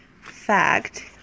fact